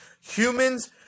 humans